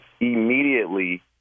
immediately